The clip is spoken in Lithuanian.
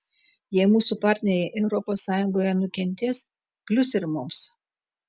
jei mūsų partneriai europos sąjungoje nukentės klius ir mums